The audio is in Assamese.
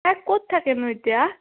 তাই ক'ত থাকেনো এতিয়া